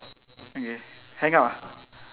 okay hang up ah